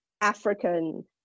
African